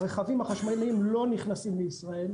הרכבים החשמליים לא נכנסים לישראל,